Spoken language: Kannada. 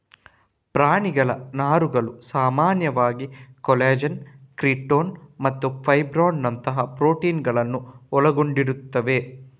ಪ್ರಾಣಿಗಳ ನಾರುಗಳು ಸಾಮಾನ್ಯವಾಗಿ ಕಾಲಜನ್, ಕೆರಾಟಿನ್ ಮತ್ತು ಫೈಬ್ರೋಯಿನ್ ನಂತಹ ಪ್ರೋಟೀನುಗಳನ್ನ ಒಳಗೊಂಡಿರ್ತವೆ